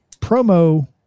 promo